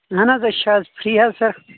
اہن حظ أسۍ چھِ آز فِرٛی حظ سَر